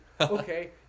Okay